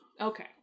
Okay